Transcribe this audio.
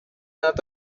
not